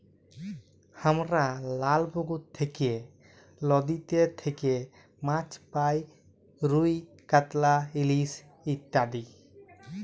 হামরা লালা পুকুর থেক্যে, লদীতে থেক্যে মাছ পাই রুই, কাতলা, ইলিশ ইত্যাদি